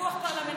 בפיקוח פרלמנטרי.